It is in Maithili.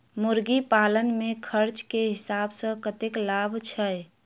मुर्गी पालन मे खर्च केँ हिसाब सऽ कतेक लाभ छैय?